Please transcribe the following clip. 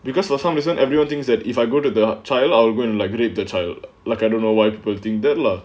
because for some reason everyone thinks that if I go to the child I'll go and rape the child like I don't know why people think that lah